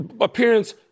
appearance